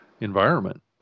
environment